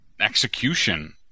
execution